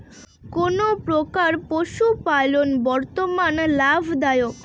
কোন প্রকার পশুপালন বর্তমান লাভ দায়ক?